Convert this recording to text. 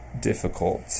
difficult